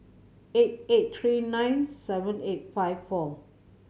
eight eight three nine seven eight five four